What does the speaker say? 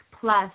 plus